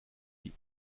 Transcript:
die